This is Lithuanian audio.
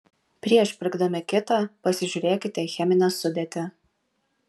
prieš pirkdami kitą pasižiūrėkite į cheminę sudėtį